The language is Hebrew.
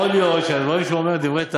יכול להיות שהדברים שהוא אומר הם דברי טעם,